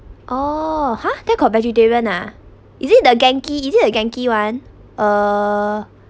oh ha there got vegetarian ah is it the Gankee is it the Gankee [one] uh